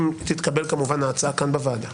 אם תתקבל ההצעה כאן בוועדה,